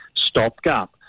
stopgap